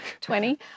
Twenty